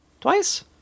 Twice